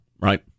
Right